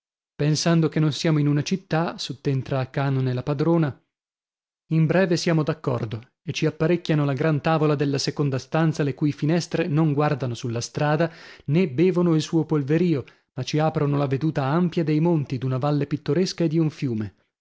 pensando che non siamo in una città sottentra a cànone la padrona in breve siamo d'accordo e ci apparecchiano la gran tavola della seconda stanza le cui finestre non guardano sulla strada nè bevono il suo polverìo ma ci aprono la veduta ampia dei monti d'una valle pittoresca e di un fiume